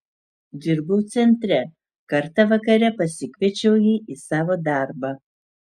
dirbau centre kartą vakare pasikviečiau jį į savo darbą